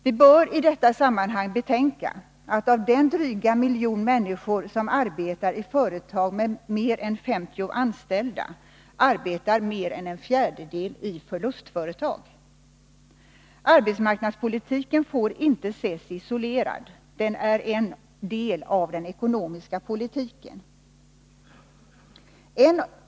Vi bör i sammanhanget betänka, att av den dryga miljon människor som arbetar i företag med mer än 50 anställda, arbetar mer än en fjärdedel i förlustföretag. Arbetsmarknadspolitiken får inte ses isolerad. Den är en del av den ekonomiska politiken.